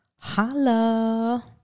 Holla